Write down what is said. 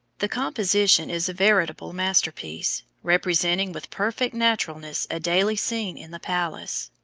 the composition is a veritable masterpiece, representing with perfect naturalness a daily scene in the palace.